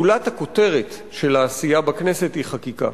גולת הכותרת של העשייה בכנסת היא החקיקה.